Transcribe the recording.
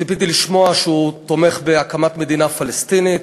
ציפיתי לשמוע שהוא תומך בהקמת מדינה פלסטינית,